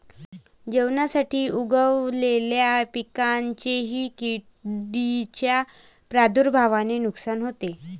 जेवणासाठी उगवलेल्या पिकांचेही किडींच्या प्रादुर्भावामुळे नुकसान होते